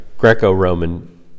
Greco-Roman